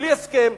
בלי הסכם,